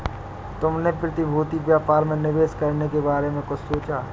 तुमने प्रतिभूति व्यापार में निवेश करने के बारे में कुछ सोचा?